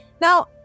now